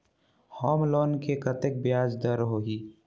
Home loan मे कतेक ब्याज दर होही?